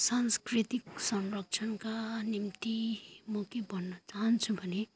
सांस्कृतिक संरक्षणका निम्ति म के भन्न चाहन्छु भने